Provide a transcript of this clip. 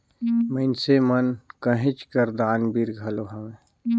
मइनसे मन कहेच कर दानबीर घलो हवें